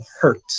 hurt